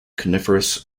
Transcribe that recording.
coniferous